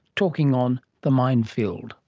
talking on the minefield.